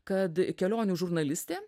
kad kelionių žurnalistė